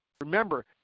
remember